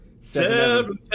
Seven